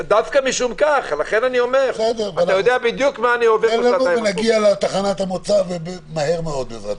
תן לנו ונגיע לתחנת המוצא מהר מאוד, בעז"ה.